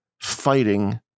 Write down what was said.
fighting